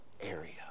area